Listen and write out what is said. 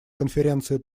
конференции